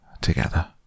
together